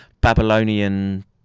Babylonian